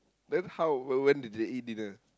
then how when when did they eat dinner